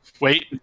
wait